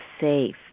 safe